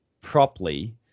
properly